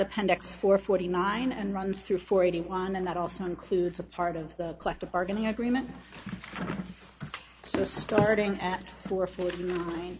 appendix four forty nine and runs through forty one and that also includes a part of the collective bargaining agreement so starting at four forty nine